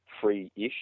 free-ish